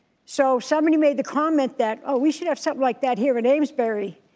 so somebody made the comment that, oh, we should have something like that here in amesbury.